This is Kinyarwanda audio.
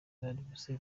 valentin